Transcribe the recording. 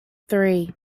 three